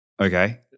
okay